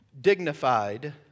Dignified